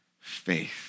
faith